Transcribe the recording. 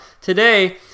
Today